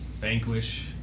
vanquish